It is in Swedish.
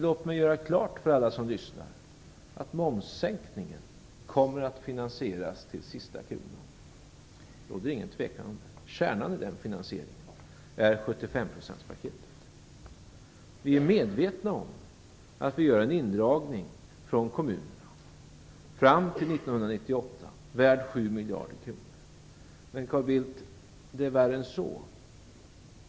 Låt mig göra klart för alla som lyssnar att momssänkningen kommer att finansieras till sista kronan. Det råder inget tvivel om det. Kärnan i den finansieringen är 75-procentspaketet. Vi är medvetna om att vi gör en indragning från kommunerna fram till 1998 som är värd 7 miljarder kronor. Men, Carl Bildt, det är värre än så.